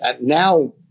now